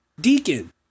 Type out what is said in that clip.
Deacon